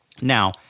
Now